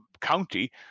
county